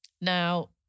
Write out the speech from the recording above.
Now